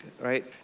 right